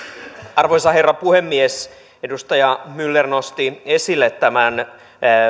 arvoisa herra puhemies edustaja myller nosti esille